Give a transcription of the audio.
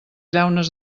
llaunes